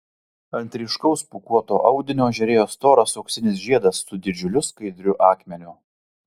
ant ryškaus pūkuoto audinio žėrėjo storas auksinis žiedas su didžiuliu skaidriu akmeniu